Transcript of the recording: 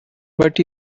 but